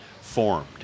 formed